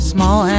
Small